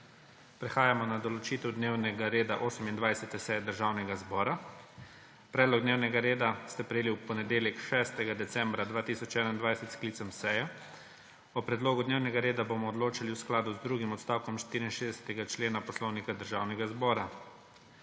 Prehajamo na določitev dnevnega reda 28. seje Državnega zbora. Predlog dnevnega reda ste prejeli v ponedeljek, 6. decembra 2021, s sklicem seje. O predlogu dnevnega reda bomo odločali v skladu z drugim odstavkom 64. člena Poslovnika Državnega zbora.